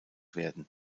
werden